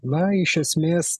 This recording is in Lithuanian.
na iš esmės